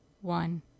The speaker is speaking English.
one